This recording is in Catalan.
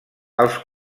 els